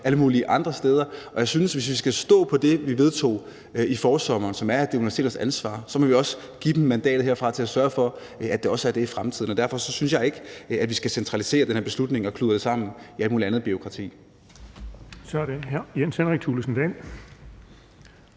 alle mulige andre steder. Og jeg synes, at hvis vi skal stå på det, vi vedtog i forsommeren, som er, at det er universiteternes ansvar, må vi også give dem mandatet herfra til at sørge for, at det også er det i fremtiden. Derfor synes jeg ikke, at vi skal centralisere den her beslutning og kludre det sammen med alt muligt andet bureaukrati. Kl. 12:02 Den fg. formand